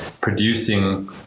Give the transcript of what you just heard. producing